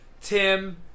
Tim